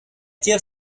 tire